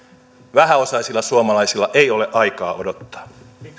vähäosaisilla suomalaisilla ei ole aikaa odottaa